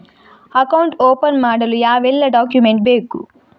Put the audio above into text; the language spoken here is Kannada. ಅಕೌಂಟ್ ಓಪನ್ ಮಾಡಲು ಯಾವೆಲ್ಲ ಡಾಕ್ಯುಮೆಂಟ್ ಬೇಕು?